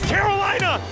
Carolina